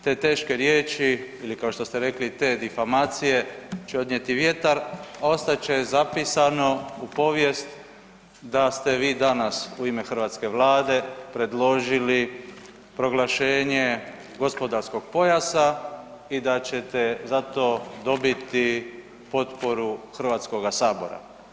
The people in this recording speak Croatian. Te teške riječi ili kao što ste rekli, te difamacije će odnijeti vjetar, ostat će zapisano u povijest da ste vi danas u ime hrvatske Vlade predložili proglašenje gospodarskog pojasa i da ćete za to dobiti potporu HS-a.